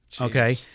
Okay